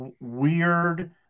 weird